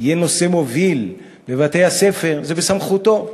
יהיה נושא מוביל בבתי-הספר, זה בסמכותו.